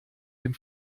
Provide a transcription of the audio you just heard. dem